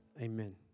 Amen